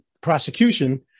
prosecution